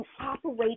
operate